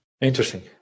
interesting